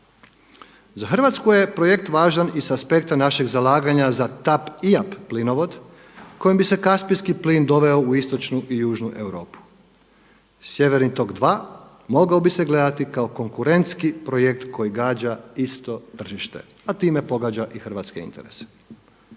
Za Hrvatsku je projekt važan i s aspekta našeg zalaganja za TAP IAP plinovod kojim bi se kaspijski plin doveo u Istočnu i Južnu Europu. Sjeverni tok 2 mogao bi se gledati kao konkurentski projekt koji gađa isto tržište, a time pogađa i hrvatske interese.